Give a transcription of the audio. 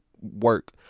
work